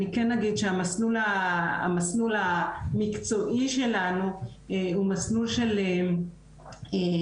אני כן אגיד שהמסלול המקצועי שלנו הוא מסלול של הכשרה